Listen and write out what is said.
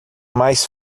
mais